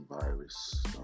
virus